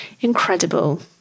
incredible